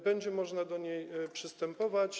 Będzie można do niej przystępować.